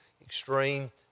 extreme